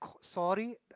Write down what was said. sorry